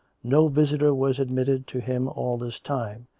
no visitor was admitted to him all this time,